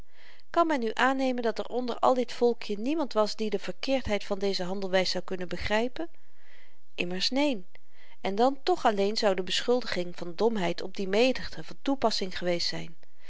kan men nu aannemen dat er onder al dit volkje niemand was die de verkeerdheid van deze handelwys zou kunnen begrypen immers neen en dan toch alleen zou de beschuldiging van domheid op die menigte van toepassing geweest zyn